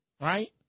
Right